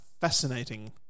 fascinating